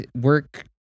work